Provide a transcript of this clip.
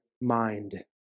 mind